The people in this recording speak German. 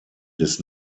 des